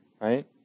right